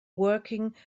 working